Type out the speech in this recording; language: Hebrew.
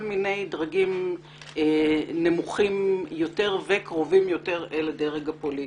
מיני דרגים נמוכים יותר וקרובים יותר אל הדרג הפוליטי.